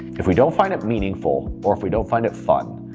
if we don't find it meaningful, or if we don't find it fun,